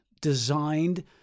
designed